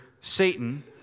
Satan